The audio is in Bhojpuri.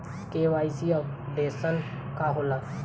के.वाइ.सी अपडेशन का होला?